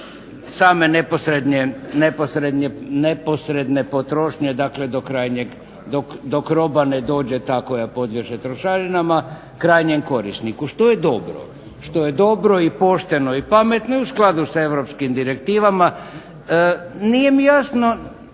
same neposredne potrošnje dakle do krajnjeg, dok roba ne dođe ta koja podliježe trošarinama krajnjem korisniku što je dobro, što je dobro, pošteno i pametno i u skladu s europskim direktivama. Nije mi jasno